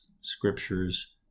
scriptures